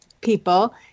people